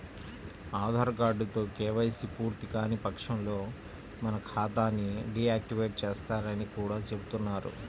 ఆధార్ కార్డుతో కేవైసీ పూర్తికాని పక్షంలో మన ఖాతా ని డీ యాక్టివేట్ చేస్తారని కూడా చెబుతున్నారు